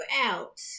out